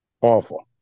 awful